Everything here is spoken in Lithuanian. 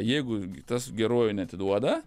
jeigu tas geruoju neatiduoda